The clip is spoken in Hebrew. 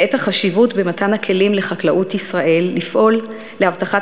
ואת החשיבות במתן הכלים לחקלאות ישראל לפעול להבטחת